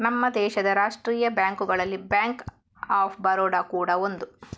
ನಮ್ಮ ದೇಶದ ರಾಷ್ಟೀಯ ಬ್ಯಾಂಕುಗಳಲ್ಲಿ ಬ್ಯಾಂಕ್ ಆಫ್ ಬರೋಡ ಕೂಡಾ ಒಂದು